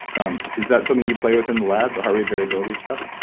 um is that something you play within the lab, the heart rate variability stuff?